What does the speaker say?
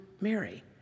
Mary